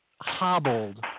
hobbled